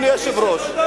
אדוני היושב-ראש,